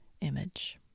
image